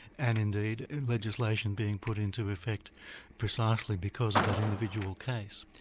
and indeed in legislation being put into effect precisely because of that individual case.